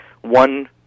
one